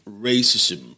racism